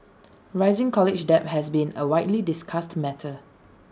rising college debt has been A widely discussed matter